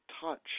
touch